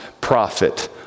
prophet